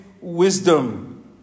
wisdom